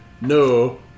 no